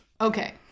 Okay